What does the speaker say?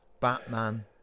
Batman